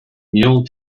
mule